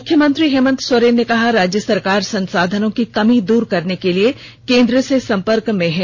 मुख्यमंत्री हेमंत सोरेन ने कहा राज्य सरकार संसाधनों की कमी दूर करने के लिए केंद्र से संपर्क में है